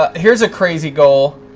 here's a crazy goal,